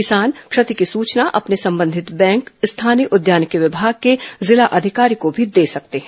किसान क्षति की सूचना अपने संबंधित बैंक स्थानीय उद्यानिकी विभाग के जिला अधिकारी को भी दे सकते हैं